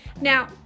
Now